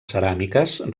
ceràmiques